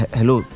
Hello